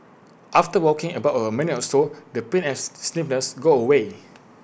after walking about A minute or so the pain as stiffness go away